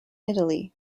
italy